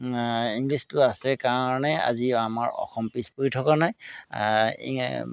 ইংলিছটো আছে কাৰণে আজি আমাৰ অসম পিছ পৰি থকা নাই ইং